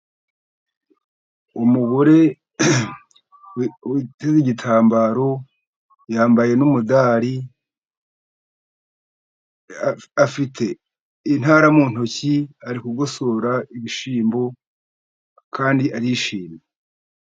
Umugore witeze igitambaro yambaye n'umudari, afite intara mu ntoki ari kugosora ibishyimbo kandi arishimye.